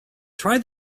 try